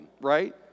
right